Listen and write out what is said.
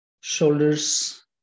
shoulders